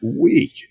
week